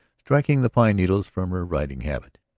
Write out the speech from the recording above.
striking the pine-needles from her riding-habit.